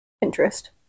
Interest